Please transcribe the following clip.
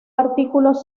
artículos